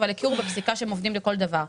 אבל הכירו בפסיקה שהם עובדים לכל דבר.